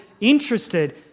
interested